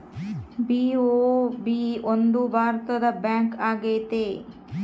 BOB ಒಂದು ಭಾರತದ bank ಆಗೈತೆ